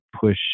push